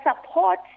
support